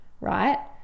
right